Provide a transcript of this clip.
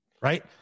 right